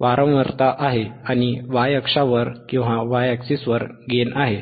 वारंवारता आहे आणि y अक्षावर गेन आहे